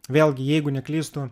vėlgi jeigu neklystu